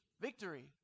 Victory